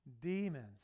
demons